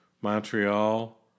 Montreal